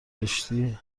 زشتی